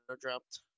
dropped